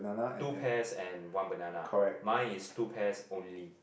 two pears and one banana mine is two pears only